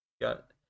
Got